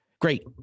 Great